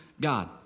God